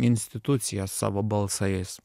institucija savo balsais